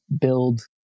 build